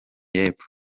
y’epfo